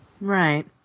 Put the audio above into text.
Right